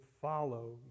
follow